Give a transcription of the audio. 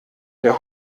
der